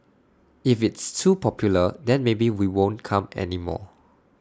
if it's too popular then maybe we won't come anymore